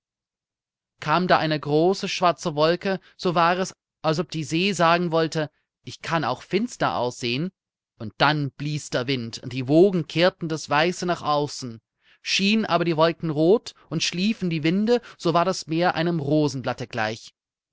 kam da eine große schwarze wolke so war es als ob die see sagen wollte ich kann auch finster aussehen und dann blies der wind und die wogen kehrten das weiße nach außen schienen aber die wolken rot und schliefen die winde so war das meer einem rosenblatte gleich